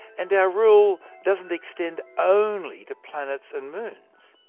and our rule doesn't extend only to planets and moons.